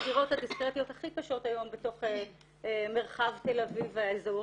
בדירות הדיסקרטיות הכי קשות היום בתוך מרחב תל אביב והאזור,